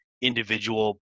individual